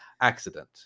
accident